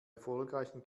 erfolgreichen